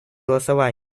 голосования